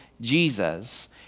Jesus